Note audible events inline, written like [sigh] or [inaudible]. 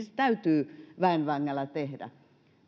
[unintelligible] se täytyy väen vängällä tehdä